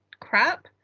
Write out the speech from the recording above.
crap